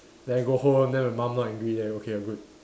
then go home then my mum not angry then okay ah good